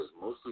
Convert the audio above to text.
mostly